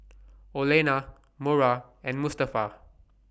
Olena Mora and Mustafa